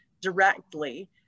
directly